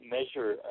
measure